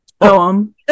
poem